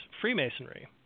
Freemasonry